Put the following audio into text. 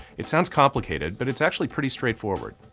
it sounds complicated but it's actually pretty straightforward.